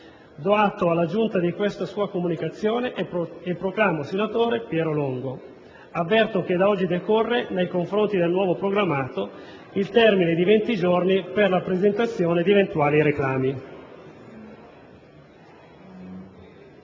Do atto alla Giunta di questa sua comunicazione e proclamo senatore Piero Longo. Avverto che da oggi decorre, nei confronti dei nuovi proclamati, il termine di venti giorni per la presentazione di eventuali reclami.